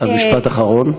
אז משפט אחרון.